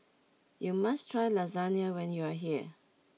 you must try Lasagna when you are here